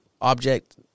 object